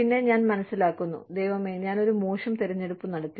പിന്നെ ഞാൻ മനസ്സിലാക്കുന്നു ദൈവമേ ഞാൻ ഒരു മോശം തിരഞ്ഞെടുപ്പ് നടത്തി